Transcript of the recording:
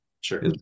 Sure